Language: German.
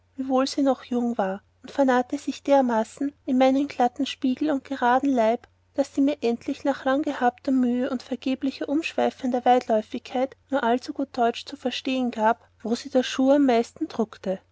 wiewohl sie noch jung war und vernarrete sich dermaßen in meinen glatten spiegel und geraden leib daß sie mir endlich nach langgehabter mühe und vergeblicher umschwaifender weitläufigkeit nur allzu teutsch zu verstehen gab wo sie der schuh am meisten drucke